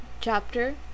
Chapter